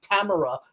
Tamara